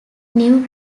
new